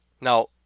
Now